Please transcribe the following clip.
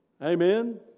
Amen